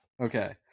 Okay